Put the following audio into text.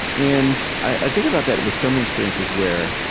and i think about that with so many experiences where,